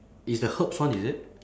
it's the herbs one is it